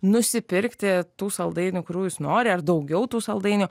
nusipirkti tų saldainių kurių jis nori ar daugiau tų saldainių